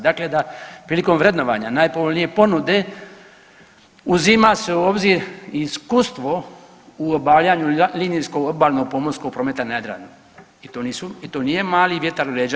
Dakle, da prilikom vrednovanja najpovoljnije ponude uzima se u obzir iskustvo u obavljanju linijskog obalnog pomorskog prometa na Jadranu i to nije mali vjetar u leđa.